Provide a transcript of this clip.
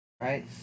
right